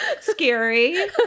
Scary